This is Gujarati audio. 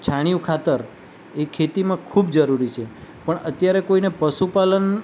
છાણીયું ખાતર એ ખેતીમાં ખૂબ જરૂરી છે પણ અત્યારે કોઈને પશુપાલનનો